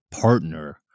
partner